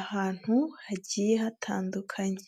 ahantu hagiye hatandukanye.